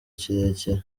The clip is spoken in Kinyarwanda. kirekire